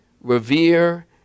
revere